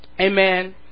Amen